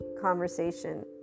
conversation